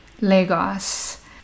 lagos